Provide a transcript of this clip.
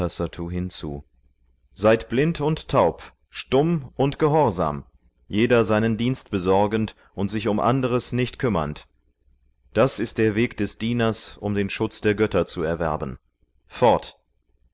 hinzu seid blind und taub stumm und gehorsam jeder seinen dienst besorgend und sich um anderes nicht kümmernd das ist der weg des dieners um den schutz der götter zu erwerben fort